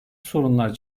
sorunlar